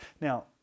Now